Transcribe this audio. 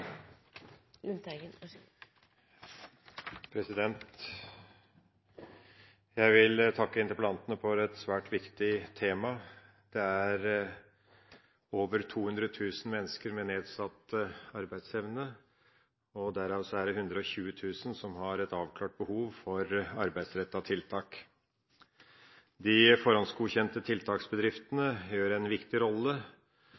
den teknikken. Jeg vil takke interpellanten for et svært viktig tema. Det er over 200 000 mennesker med nedsatt arbeidsevne, og derav har 120 000 et avklart behov for arbeidsrettede tiltak.